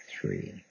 three